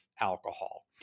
alcohol